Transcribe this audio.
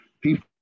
people